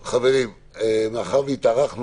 חברים, מאחר שהארכנו